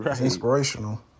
Inspirational